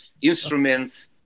instruments